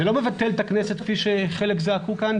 וזה לא מבטל את הכנסת כפי שחלק זעקו כאן,